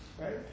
right